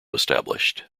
established